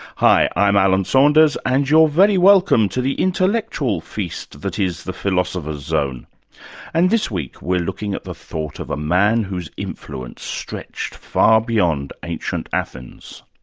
hi, i'm alan saunders and you're very welcome to the intellectual feast that is the philosopher's zone and this week we're looking at the thought of a man whose influence stretched far beyond ancient athens.